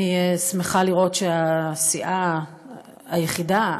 אני שמחה לראות שהסיעה היחידה,